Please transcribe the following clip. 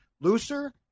looser